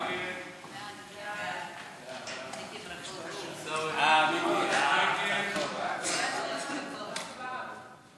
את הצעת חוק הפיקוח על שירותים פיננסיים (קופות גמל)